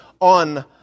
on